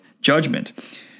judgment